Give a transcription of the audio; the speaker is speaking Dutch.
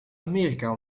amerika